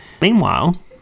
Meanwhile